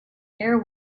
air